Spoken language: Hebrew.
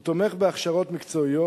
הוא תומך בהכשרות מקצועיות,